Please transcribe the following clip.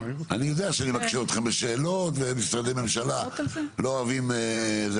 אני יודע שאני מקשה עליכם בשאלות ומשרדי ממשלה לא אוהבים את זה.